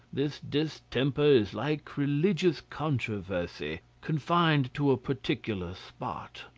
this distemper is like religious controversy, confined to a particular spot.